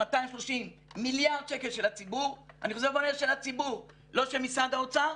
230 מיליארד של הציבור, לא של משרד האוצר,